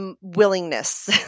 willingness